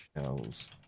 shells